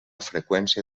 freqüència